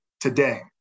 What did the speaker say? today